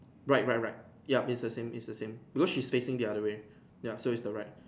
right right right yup is the same is the same blue she is facing the other way ya so is the right